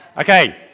Okay